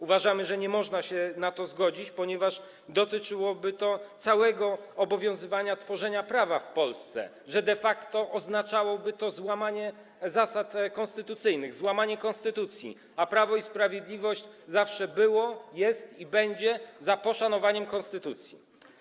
Uważamy, że nie można się na to zgodzić, ponieważ dotyczyłoby to zasad całego tworzenia prawa w Polsce, że de facto oznaczałoby to złamanie zasad konstytucyjnych, złamanie konstytucji, a Prawo i Sprawiedliwość zawsze było, jest i będzie za poszanowaniem konstytucji.